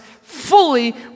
fully